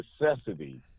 necessity